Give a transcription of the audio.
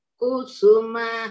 kusuma